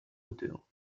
d’auteur